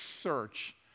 search